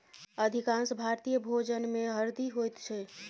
अधिकांश भारतीय भोजनमे हरदि होइत छै